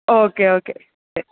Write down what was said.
okay okay okay